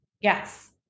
Yes